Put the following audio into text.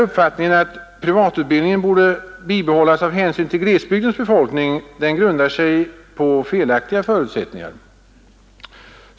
Uppfattningen att privatutbildningen borde bibehållas av hänsyn till glesbygdens befolkning grundar sig på felaktiga förutsättningar.